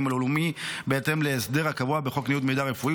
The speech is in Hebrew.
הלאומי בהתאם להסדר הקבוע בחוק ניוד מידע רפואי,